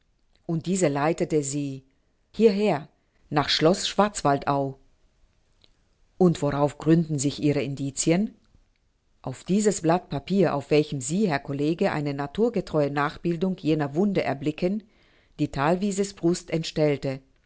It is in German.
und diese leitete sie hierher nach schloß schwarzwaldau und worauf gründen sich ihre indicien auf dieses blatt papier auf welchem sie herr college eine naturgetreue nachbildung jener wunde erblicken die thalwiese's brust entstellte